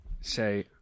Say